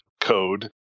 Code